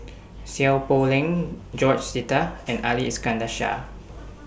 Seow Poh Leng George Sita and Ali Iskandar Shah